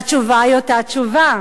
והתשובה היא אותה תשובה,